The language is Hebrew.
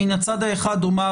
מן הצד האחד אני אומר